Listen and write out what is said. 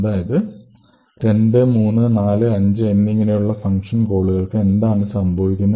അതായത് രണ്ടാമത്തെയും മൂന്നാമത്തെയും നാലാമത്തേയും അഞ്ചാമത്തെയും ഒക്കെ കോളുകളിൽ എന്താണ് സംഭവിക്കുന്നത്